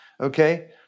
Okay